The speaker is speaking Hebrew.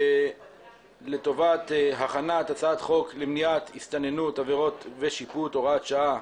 על סדר היום הצעת חוק למניעת הסתננות (עבירות ושיפוט) (הוראת שעה),